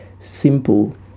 simple